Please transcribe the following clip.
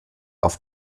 auf